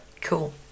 Cool